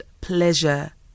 pleasure